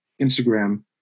Instagram